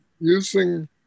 using